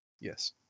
Yes